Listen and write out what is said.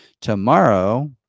Tomorrow